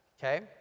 Okay